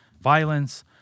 violence